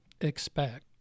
expect